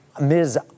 Ms